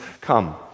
Come